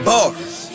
Bars